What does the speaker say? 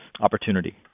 opportunity